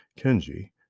Kenji